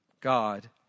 God